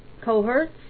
cohorts